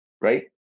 right